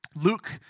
Luke